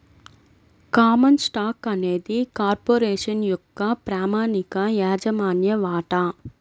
common stock అనేది corporation యొక్క ప్రామాణిక యాజమాన్య వాటా